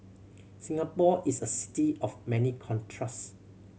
Singapore is a city of many contrast